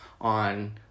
on